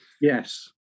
Yes